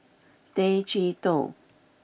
Tay Chee Toh